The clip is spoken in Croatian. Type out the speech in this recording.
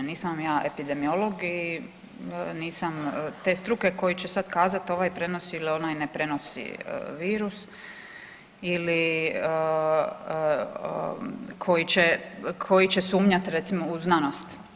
Nisam vam ja epidemiolog i nisam te struke koji će sada kazati ovaj prenosi ili onaj ne prenosi virus, ili koji će sumnjat recimo u znanost.